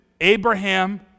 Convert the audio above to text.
Abraham